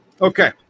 Okay